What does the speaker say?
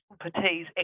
expertise